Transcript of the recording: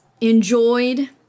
enjoyed